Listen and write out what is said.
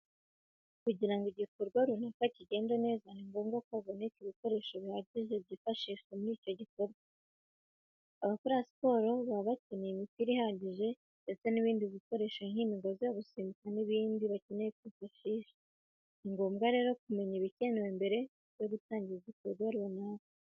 Kugira ngo igikorwa runaka kigende neza, ni ngombwa ko haboneka ibikoresho bihagije byifashishwa muri icyo gikorwa. Abakora siporo baba bakeneye imipira ihagije ndetse n'ibindi bikoresho nk'imigozi yo gusimbuka n'ibindi bakeneye kwifashisha. Ni ngombwa rero kumenya ibikenewe mbere yo gutangira igikorwa runaka.